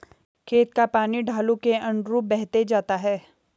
खेत का पानी ढालू के अनुरूप बहते जाता है